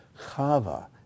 Chava